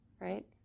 right